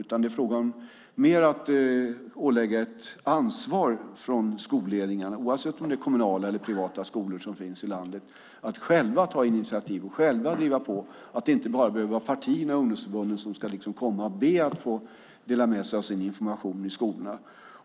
Det är mer fråga om att ålägga skolledningarna ett ansvar, oavsett om det är kommunala eller privata skolor i landet, att själva ta initiativ och själva driva på. Det behöver inte bara vara partierna och ungdomsförbunden som ska komma och be om att få dela med sig av sin information i skolorna.